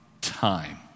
time